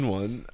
one